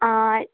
ആ